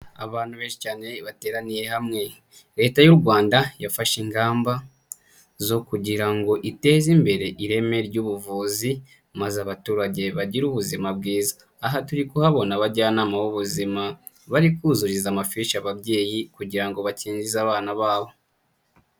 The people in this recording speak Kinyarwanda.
Abantu benshi cyane bateraniye hamwe. Leta y'u Rwanda yafashe ingamba zo kugira ngo iteze imbere ireme ry'ubuvuzi, maze abaturage bagire ubuzima bwiza. Aha turi kuhabona abajyanama b'ubuzima bari kuzuriza amafishi ababyeyi kugira ngo bakingize abana babo.